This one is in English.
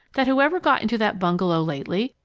that whoever got into that bungalow lately,